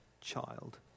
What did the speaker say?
child